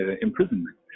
imprisonment